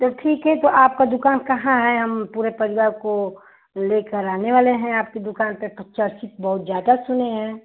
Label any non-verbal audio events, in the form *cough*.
तो ठीक है तो आपका दुकान कहाँ है हम पूरे परिवार को लेकर आने वाले हैं आपके दुकान पर *unintelligible* चर्चित बहुत ज़्यादा सुने हैं